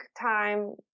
time